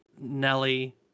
Nelly